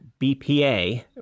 bpa